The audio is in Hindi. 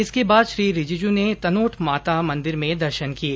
इसके बाद श्री रिजीजू ने तनोट माता मंदिर में दर्शन किए